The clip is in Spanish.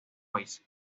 weiss